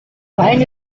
sign